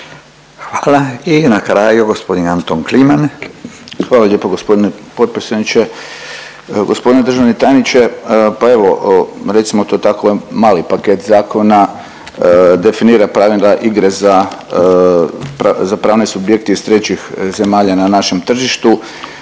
Hvala. I na kraju gospodin Anton Kliman. **Kliman, Anton (HDZ)** Hvala lijepo gospodine potpredsjedniče. Gospodine državni tajniče pa evo recimo to tako ovo je jedan mali paket zakona definira pravila igre za pravne subjekte iz trećih zemalja na našem tržištu.